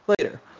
later